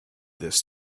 this